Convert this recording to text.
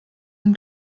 dem